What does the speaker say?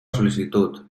sol·licitud